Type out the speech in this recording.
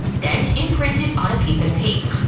then imprint it on a pice of tape.